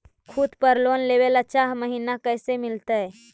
खूत पर लोन लेबे ल चाह महिना कैसे मिलतै?